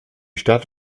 stadt